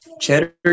cheddar